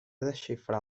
desxifrar